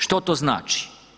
Što to znači?